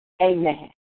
Amen